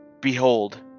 Behold